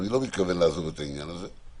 אני לא מתכוון לעזוב את העניין הזה.